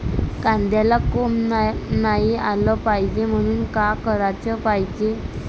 कांद्याला कोंब नाई आलं पायजे म्हनून का कराच पायजे?